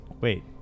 Wait